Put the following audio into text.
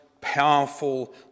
powerful